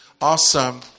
Awesome